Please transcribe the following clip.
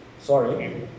Sorry